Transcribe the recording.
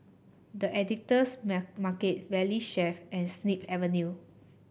The Editor's Market Valley Chef and Snip Avenue